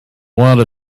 wanna